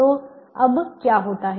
तो अब क्या होता है